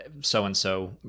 so-and-so